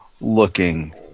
looking